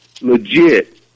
legit